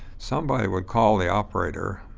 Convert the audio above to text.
somebody would call the operator,